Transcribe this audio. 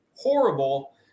horrible